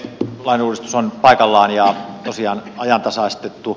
lainuudistus on paikallaan ja tosiaan ajantasaistettu